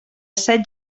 set